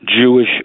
Jewish